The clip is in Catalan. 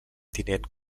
tinent